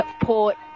Port